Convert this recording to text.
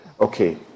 Okay